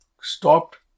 stopped